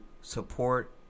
support